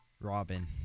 Robin